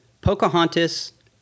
Pocahontas